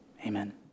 Amen